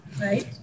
right